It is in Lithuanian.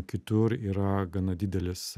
kitur yra gana didelis